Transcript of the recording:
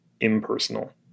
impersonal